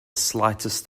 slightest